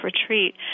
retreat